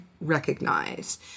recognize